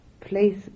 place